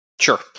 Sure